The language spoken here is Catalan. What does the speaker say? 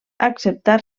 acceptar